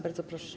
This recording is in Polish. Bardzo proszę.